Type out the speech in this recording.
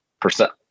percent